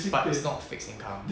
but it's not fixed income